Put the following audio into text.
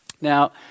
Now